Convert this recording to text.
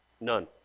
None